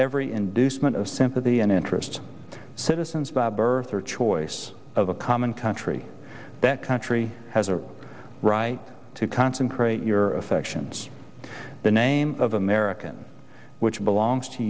every inducement of sympathy and interest citizens by birth or choice of a common country that country has a right to concentrate your affections the name of american which belongs to